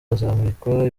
hazamurikwa